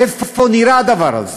איפה נראה הדבר הזה?